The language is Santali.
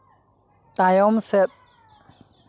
ᱛᱟᱭᱚᱢ ᱥᱮᱫ